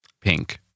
Pink